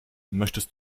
möchtest